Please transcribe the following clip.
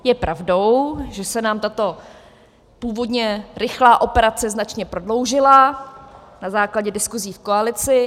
Je pravdou, že se nám tato původně rychlá operace značně prodloužila na základě diskusí v koalici.